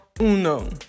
uno